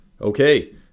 Okay